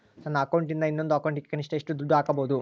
ನನ್ನ ಅಕೌಂಟಿಂದ ಇನ್ನೊಂದು ಅಕೌಂಟಿಗೆ ಕನಿಷ್ಟ ಎಷ್ಟು ದುಡ್ಡು ಹಾಕಬಹುದು?